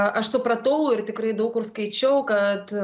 aš supratau ir tikrai daug kur skaičiau kad